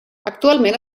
actualment